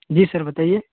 जी sir बताइए